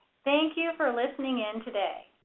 thank you for listening in today!